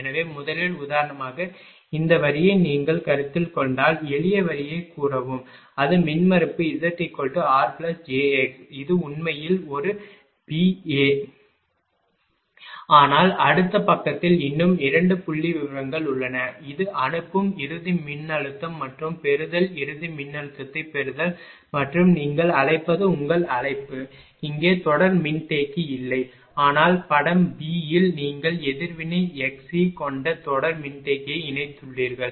எனவே முதலில் உதாரணமாக இந்த வரியை நீங்கள் கருத்தில் கொண்டால் எளிய வரியைக் கூறவும் அது மின்மறுப்பு zrjx இது உண்மையில் ஒரு பி ஆ ஆனால் அடுத்த பக்கத்தில் இன்னும் இரண்டு புள்ளிவிவரங்கள் உள்ளன இது அனுப்பும் இறுதி மின்னழுத்தம் மற்றும் பெறுதல் இறுதி மின்னழுத்தத்தைப் பெறுதல் மற்றும் நீங்கள் அழைப்பது உங்கள் அழைப்பு இங்கே தொடர் மின்தேக்கி இல்லை ஆனால் படம் b இல் நீங்கள் எதிர்வினை xc கொண்ட தொடர் மின்தேக்கியை இணைத்துள்ளீர்கள்